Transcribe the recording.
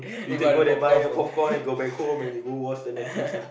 you go there buy your popcorn and go back home and you go watch the Netflix and